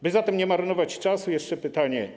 By zatem nie marnować czasu, jeszcze pytanie.